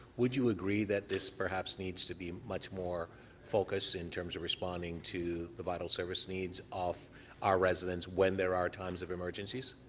would you agree that this perhaps needs to be much more focused in terms of responding to the vital service needs of our residents when there are times of emergencies?